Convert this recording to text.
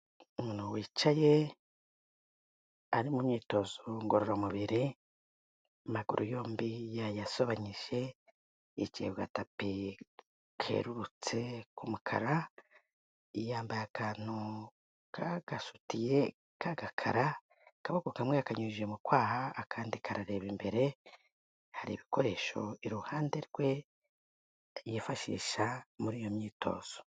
Umuntu wicaye, ari mu myitozo ngororamubiri, amaguru yombi yayasobanyije, yicaye ku gatapi kerurutse k'umukara, yambaye akantu k'agasutiye k'agakara, akaboko kamwe yakanyujije mu kwaha akandi karareba imbere, hari ibikoresho iruhande rwe yifashisha muri iyo myitozo.